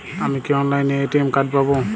আমি কি অনলাইনে এ.টি.এম কার্ড পাব?